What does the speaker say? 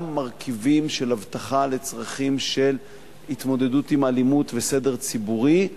גם מרכיבים של אבטחה לצרכים של התמודדות עם אלימות וסדר ציבורי,